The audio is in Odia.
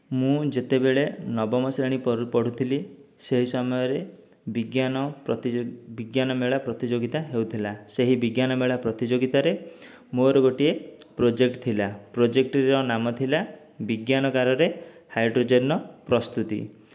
ମୁଁ ଯେତେବେଳେ ନବମ ଶ୍ରେଣୀ ପଢ଼ୁ ପଢ଼ୁଥିଲି ସେହି ସମୟରେ ବିଜ୍ଞାନ ବିଜ୍ଞାନ ମେଳା ପ୍ରତିଯୋଗିତା ହେଉଥିଲା ସେହି ବିଜ୍ଞାନ ମେଳା ପ୍ରତିଯୋଗିତାରେ ମୋର ଗୋଟିଏ ପ୍ରୋଜେକ୍ଟ ଥିଲା ପ୍ରୋଜେକ୍ଟଟିର ନାମ ଥିଲା ବିଜ୍ଞାନଗାରରେ ହାଇଡ୍ରୋଜେନର ପ୍ରସ୍ତୁତି